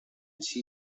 she